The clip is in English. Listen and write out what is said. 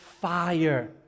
fire